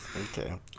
Okay